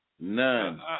None